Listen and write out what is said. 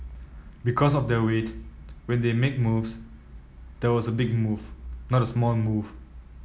because of their weight when they make moves there was a big move not a small move